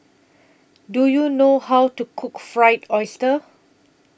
Do YOU know How to Cook Fried Oyster